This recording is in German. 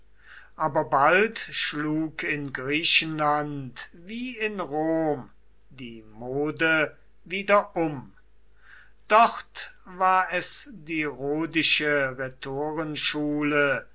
aber bald schlug in griechenland wie in rom die mode wieder um dort war es die